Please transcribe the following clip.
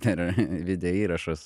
per vide įrašus